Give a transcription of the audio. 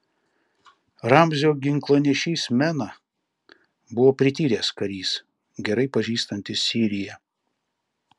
ramzio ginklanešys mena buvo prityręs karys gerai pažįstantis siriją